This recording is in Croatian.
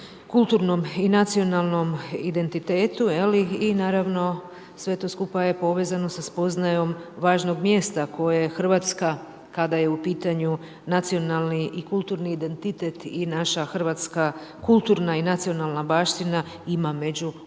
kulturnom i nacionalnom identitetu i naravno sve to skupa je povezano sa spoznajom važnog mjesta koje Hrvatska kada je u pitanju nacionalni i kulturni identitet i naša hrvatska kulturna i nacionalna baština, ima među ostalim